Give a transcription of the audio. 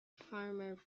farmer